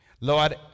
Lord